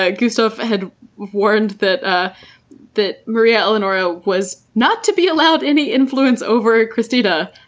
ah gustav had warned that ah that maria eleanora was not to be allowed any influence over kristina.